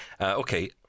Okay